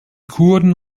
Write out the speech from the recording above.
kurden